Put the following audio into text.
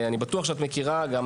אני בטוח שאת מכירה, גם